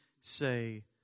say